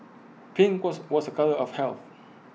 pink was was A colour of health